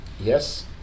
yes